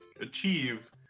achieve